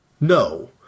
No